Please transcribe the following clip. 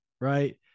right